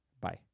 Bye